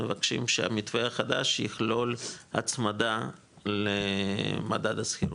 מבקשים שהמתווה החדש יכלול הצמדה למדד השכירות,